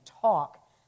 talk